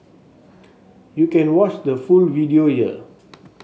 you can watch the full video here